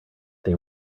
they